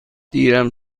دیرم